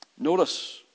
Notice